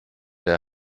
der